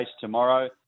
tomorrow